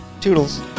Toodles